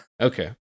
Okay